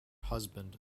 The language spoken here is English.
husband